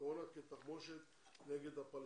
הקורונה כתחמושת נגד הפלסטינים.